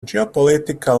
geopolitical